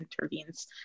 intervenes